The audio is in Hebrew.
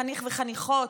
חניך וחניכות,